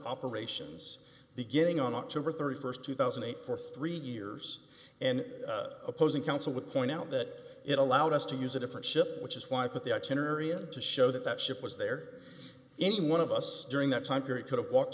operations beginning on october thirty first two thousand and eight for three years and opposing counsel would point out that it allowed us to use a different ship which is why i put the i ten or area to show that that ship was there any one of us during that time period could have walked